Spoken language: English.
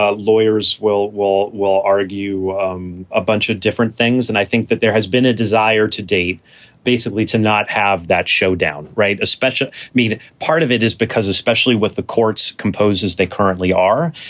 lawyers will will will argue um a bunch of different things, and i think that there has been a desire to date basically to not have that showdown right. a special mean part of it is because especially with the courts composed as they currently are,